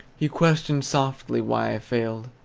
he questioned softly why i failed?